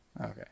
Okay